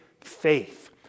faith